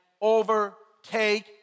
overtake